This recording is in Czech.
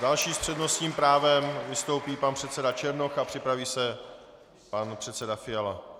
Další s přednostním právem vystoupí pan předseda Černoch a připraví se pan předseda Fiala.